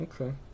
okay